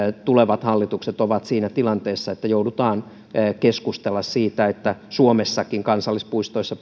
tulevat hallitukset ovat siinä tilanteessa että joudutaan keskustelemaan siitä että suomessakin kansallispuistoissa